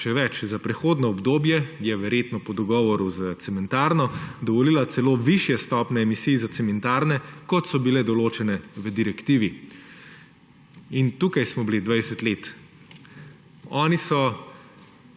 Še več, za prehodno obdobje je, verjetno po dogovoru s cementarno, dovolila celo višje stopnje emisij za cementarne, kot so bile določene v direktivi. In tukaj smo bili 20 let. Oni so